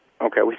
Okay